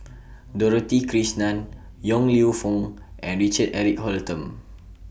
Dorothy Krishnan Yong Lew Foong and Richard Eric Holttum